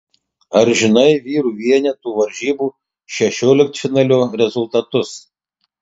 ar žinai vyrų vienetų varžybų šešioliktfinalio rezultatus